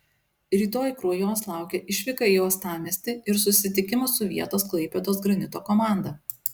rytoj kruojos laukia išvyka į uostamiestį ir susitikimas su vietos klaipėdos granito komanda